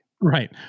Right